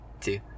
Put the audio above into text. two